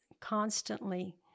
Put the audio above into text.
constantly